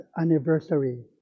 anniversary